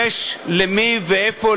יש למי ואיפה